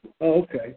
Okay